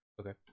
Okay